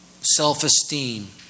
self-esteem